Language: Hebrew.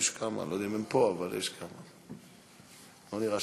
חבר הכנסת יחיאל חיליק בר, בבקשה, אדוני.